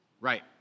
Right